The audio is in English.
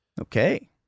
Okay